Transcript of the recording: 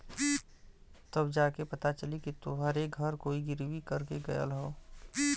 तब जा के पता चली कि तोहरे घर कोई गिर्वी कर के गयल हौ